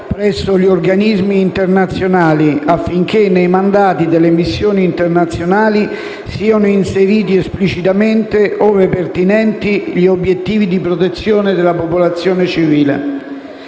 presso gli organismi internazionali affinché nei mandati delle missioni internazionali siano inseriti esplicitamente, ove pertinenti, gli obiettivi di protezione della popolazione civile».